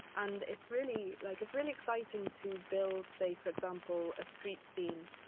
and it's really like it's really exciting to build, say for example, a street scene,